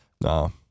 No